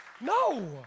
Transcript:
no